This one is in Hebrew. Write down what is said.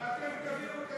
ואתם תביאו את התיקון הזה.